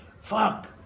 fuck